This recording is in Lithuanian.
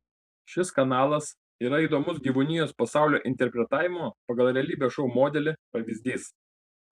šis kanalas yra įdomus gyvūnijos pasaulio interpretavimo pagal realybės šou modelį pavyzdys